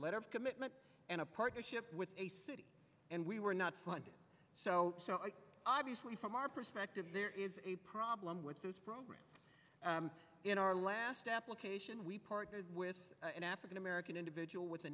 letter of commitment and a partnership with a city and we were not funded so obviously from our perspective there is a problem with the program in our last application we partnered with an african american individual with a